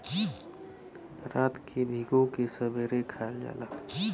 रात के भिगो के सबेरे खायल जाला